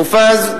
מופז,